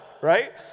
right